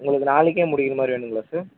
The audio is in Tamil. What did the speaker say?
உங்களுக்கு நாளைக்கே முடிகிற மாதிரி வேணும்ங்களா சார்